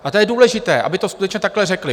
A to je důležité, aby to skutečně takhle řekli.